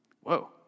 Whoa